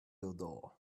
odor